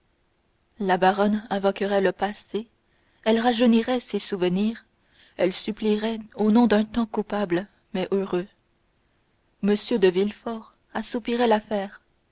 la baronne invoquerait le passé elle rajeunirait ses souvenirs elle supplierait au nom d'un temps coupable mais heureux m de villefort assoupirait l'affaire